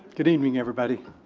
good evening everybody.